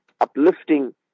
uplifting